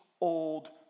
old